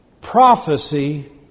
Prophecy